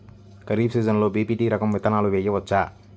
ఖరీఫ్ సీజన్లో బి.పీ.టీ రకం విత్తనాలు వేయవచ్చా?